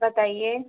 बताइए